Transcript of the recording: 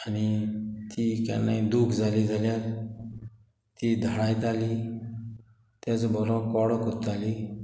आनी ती केन्नाय दूख जाली जाल्यार ती धाडायताली तेचो बरो कोडो करताली